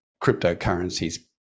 cryptocurrencies